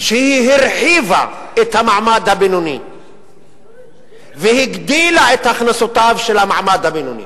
שהיא הרחיבה את המעמד הבינוני והגדילה את הכנסותיו של המעמד הבינוני.